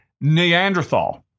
Neanderthal